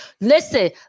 Listen